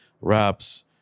wraps